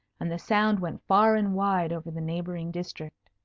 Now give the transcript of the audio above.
and the sound went far and wide over the neighbouring district.